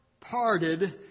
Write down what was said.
parted